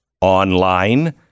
online